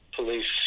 police